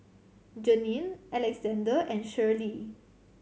Janine Alexzander and Shirley